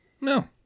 No